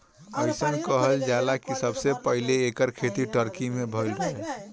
अइसन कहल जाला कि सबसे पहिले एकर खेती टर्की में भइल रहे